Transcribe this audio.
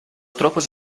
tropes